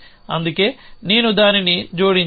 అందుకే నేను దానిని జోడించాను